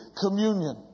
communion